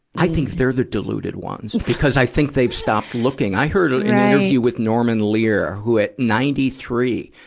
i think they're the deluded ones, because i think they've stopped looking. i heard an interview with norman lear, who at ninety three,